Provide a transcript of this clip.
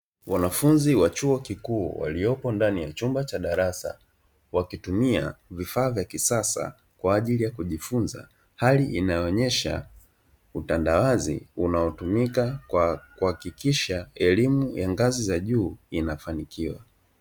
Wanafunzi wa chuo kikuu ,waliopo ndani ya chumba cha darasa, wakitumia vifaaa vya kisasa kwa ajili ya kujifunza, hali inayoonyesha utandawazi unaotumika kwa kuhakikisha elimu ya ngazi za juu inafanikiwa.